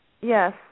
Yes